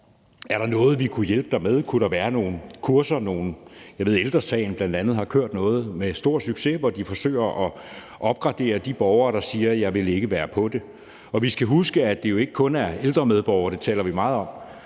Er der noget, vi kunne hjælpe dig med? Kunne der være nogle kurser? Kl. 14:38 Jeg ved, at bl.a. Ældre Sagen med stor succes har kørt noget, hvor de forsøger at opgradere de borgere, der siger, at de ikke vil være på det. Og vi skal huske, at det jo ikke kun handler om ældre medborgere – dem taler vi meget om